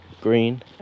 green